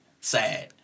sad